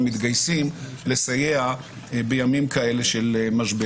אני מאמין שהסיוע יהיה גם מעבר ל-10 מיליון שקלים.